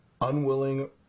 unwilling